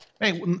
Hey